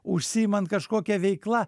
užsiimant kažkokia veikla